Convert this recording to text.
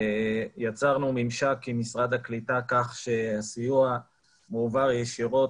יצרנו ממשק עם משרד הקליטה כך שהסיוע מועבר ישירות